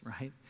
right